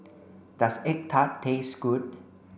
does egg tart taste good